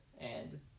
and-